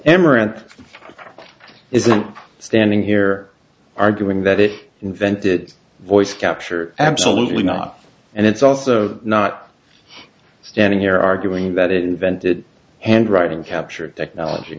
amaranth isn't standing here arguing that it invented voice capture absolutely not and it's also not standing here arguing that it invented handwriting capture technology